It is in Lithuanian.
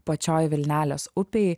pačioj vilnelės upėj